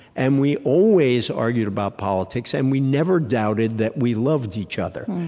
and we always argued about politics, and we never doubted that we loved each other.